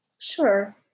Sure